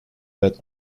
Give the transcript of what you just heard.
that